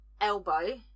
elbow